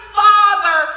father